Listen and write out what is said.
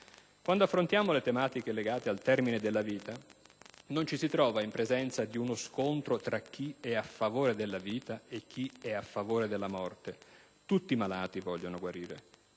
Quando affrontiamo le tematiche legate al termine della vita, non ci si trova in presenza di uno scontro tra chi è a favore della vita e chi è a favore della morte: tutti i malati vogliono guarire,